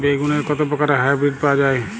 বেগুনের কত প্রকারের হাইব্রীড পাওয়া যায়?